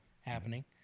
happening